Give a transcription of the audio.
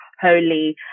holy